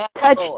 Touch